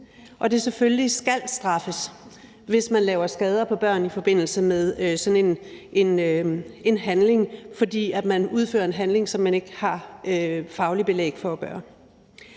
at det selvfølgelig skal straffes, hvis man laver skader på børn i forbindelse med sådan en handling, fordi man udfører en handling, som man ikke har fagligt belæg for at gøre?